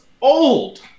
old